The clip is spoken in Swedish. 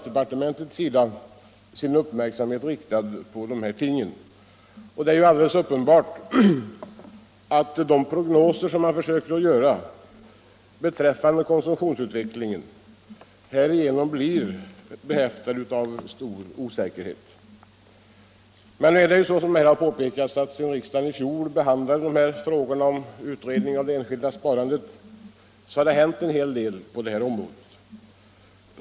Det är uppenbart att de prognoser man försöker göra beträffande konsumtionsutvecklingen härigenom blir mycket osäkra. Men finansdepartementet har alltså sin uppmärksamhet riktad på dessa ting. Sedan riksdagen i fjol behandlade frågan om en utredning av det enskilda sparandet har det emellertid, som här också har påpekats, hänt en del på detta område.